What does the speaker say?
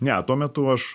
ne tuo metu aš